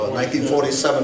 1947